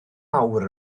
awr